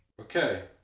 Okay